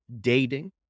dating